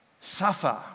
suffer